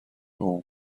all